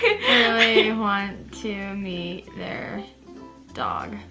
want to meet their dog.